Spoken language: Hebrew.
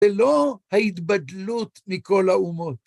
זה לא ההתבדלות מכל האומות.